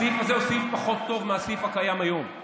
הסעיף הזה הוא סעיף פחות טוב מהסעיף הקיים היום,